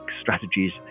strategies